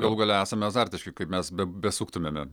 galų gale esam azartiški kaip mes be besuktumėme